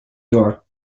york